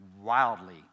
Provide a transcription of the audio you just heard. wildly